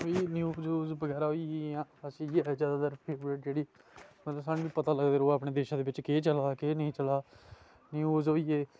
कोई न्यूज यूज़ बगैरा होई गेइयां बस इयै ऐ ज्यादातर फेवरेट जेह्ड़ी मतलब स्हानू पता लगदा रवै अपने देशै दे बिच केह् चला दा केह् नेई चला दा न्यूज होई गे